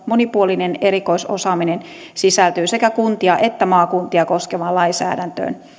monipuolinen erikoisosaaminen sisältyy sekä kuntia että maakuntia koskevaan lainsäädäntöön